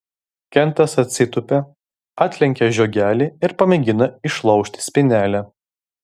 kentas atsitūpia atlenkia žiogelį ir pamėgina išlaužti spynelę